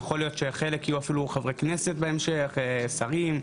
יכול להיות שחלק אפילו יהיו חברי כנסת ושרים בהמשך,